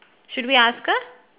should we ask her